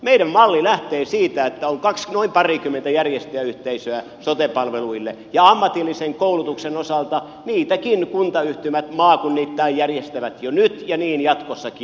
meidän mallimme lähtee siitä että on noin parikymmentä järjestäjäyhteisöä sote palveluille ja ammatillisen koulutuksen osalta niitäkin kuntayhtymät maakunnittain järjestävät jo nyt ja niin jatkossakin